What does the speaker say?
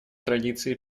традиции